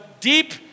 deep